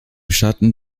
schatten